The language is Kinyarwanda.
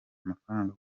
amafaranga